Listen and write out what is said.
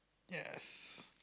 yes